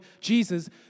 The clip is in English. Jesus